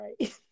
right